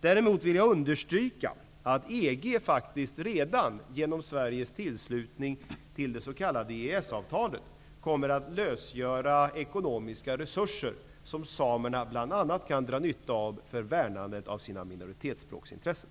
Däremot vill jag understryka att EG redan genom Sveriges anslutning till det s.k. EES-avtalet kommer att lösgöra ekonomiska resurser som bl.a. samerna kan dra nytta av när det gäller värnandet av sina minoritetsspråkintressen.